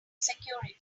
security